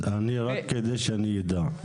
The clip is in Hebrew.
אז רק כדי שאני אדע,